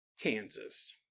Kansas